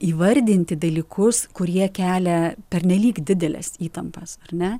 įvardinti dalykus kurie kelia pernelyg dideles įtampas ar ne